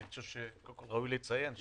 אני חושב שקודם כל ראוי לציין,